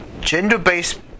gender-based